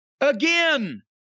Again